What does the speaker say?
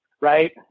right